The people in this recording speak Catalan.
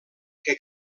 que